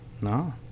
No